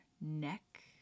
neck